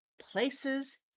places